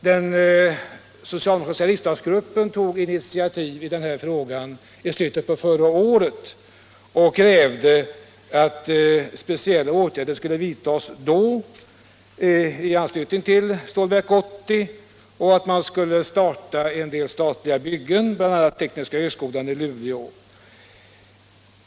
Den socialdemokratiska riksdagsgruppen tog initiativ i den här frågan i slutet av förra året och krävde att speciella åtgärder skulle vidtas med anledning av det uppskjutna Stålverk 80. Man ville att en del statliga byggen skulle igångsättas, bl.a. tekniska högskolan i Luleå.